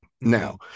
Now